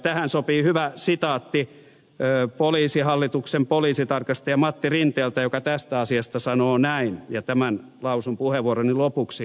tähän sopii hyvä sitaatti poliisihallituksen poliisitarkastaja matti rinteeltä joka tästä asiasta sanoo näin ja tämän lausun puheenvuoroni lopuksi